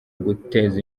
guteza